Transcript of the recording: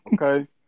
Okay